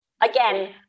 Again